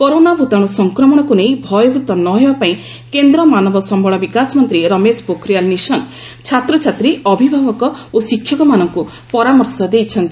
corona ଭୂତାଣୁ ସଂକ୍ରମଣକୁ ନେଇ ଭୟଭୀତ ନ ହେବା ପାଇଁ କେନ୍ଦ୍ର ମାନବ ସମ୍ଭଳ ବିକାଶ ମନ୍ତ୍ରୀ ରମେଶ ପୋଖରିଆଲ ନିଶଙ୍କ ଛାତ୍ରଛାତ୍ରୀ ଅଭିଭାବକ ଓ ଶିକ୍ଷକମାନଙ୍କୁ ପରାମର୍ଶ ଦେଇଛନ୍ତି